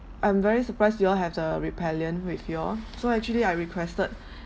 I'm very surprised you all have the repellent with y'all so actually I requested